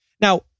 Now